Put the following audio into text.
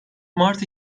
mart